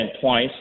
twice